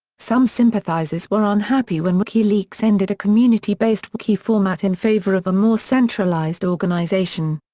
some sympathizers were unhappy when wikileaks ended a community-based wiki format in favor of a more centralised organisation.